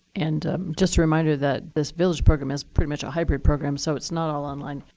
and just a reminder that this village program is pretty much a hybrid program so it's not all online.